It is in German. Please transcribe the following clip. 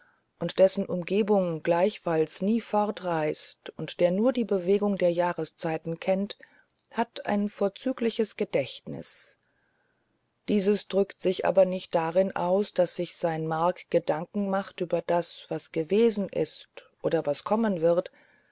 und dessen umgebung gleichfalls nie fortreist und der nur die bewegungen der jahreszeiten kennt hat ein vorzügliches gedächtnis dieses drückt sich aber nicht darin aus daß sich sein mark gedanken macht über das was gewesen ist oder was kommen wird